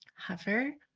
hover,